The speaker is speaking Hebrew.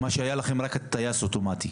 ומה שמופיע בו זה רק הטייס האוטומטי.